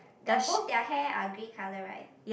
their both their hair are green colour right